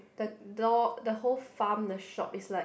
the door the whole farm the shop is like